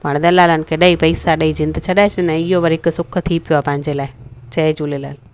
पाण दलालनि खे ॾेई पैसा ॾेई जिंद छॾाए छॾंदा आहियूं इहो वरी हिकु सुखु थी पियो आहे पंहिंजे लाइ जय झूलेलाल